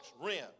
rent